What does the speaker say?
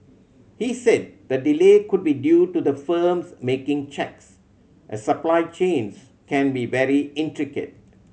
he said the delay could be due to the firms making checks as supply chains can be very intricate